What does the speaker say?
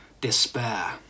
despair